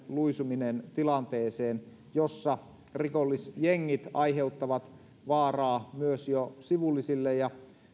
luisuminen tilanteeseen jossa rikollisjengit aiheuttavat vaaraa myös jo sivullisille ja